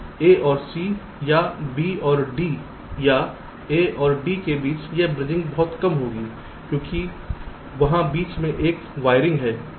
A और C या B और D या A या D के बीच एक ब्रिजिंग बहुत कम होगी क्योंकि वहाँ बीच में एक वायरिंग है